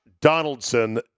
Donaldson